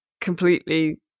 completely